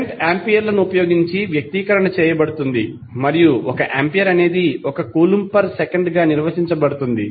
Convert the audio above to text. current ఆంపియర్లను ఉపయోగించి వ్యక్తీకరణ చేయబడుతుంది మరియు 1 ఆంపియర్ అనేది 1 కూలంబ్ పర్ సెకండ్ గా నిర్వచించబడుతుంది